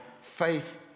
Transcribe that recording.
faith